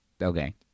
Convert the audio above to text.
okay